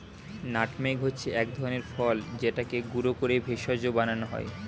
nutmeg হচ্ছে এক ধরনের ফল যেটাকে গুঁড়ো করে ভেষজ বানানো হয়